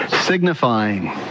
signifying